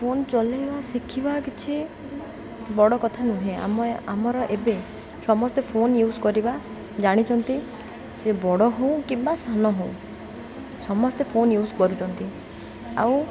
phone ଚଲାଇବା ଶିଖିବା କିଛି ବଡ଼ କଥା ନୁହେଁ ଆମ ଆମର ଏବେ ସମସ୍ତେ ଫୋନ୍ ୟ୍ୟୁଜ୍ କରିବା ଜାଣିଛନ୍ତି ସେ ବଡ଼ ହଉ କିମ୍ବା ସାନ ହଉ ସମସ୍ତେ ଫୋନ୍ ୟ୍ୟୁଜ୍ କରୁଛନ୍ତି ଆଉ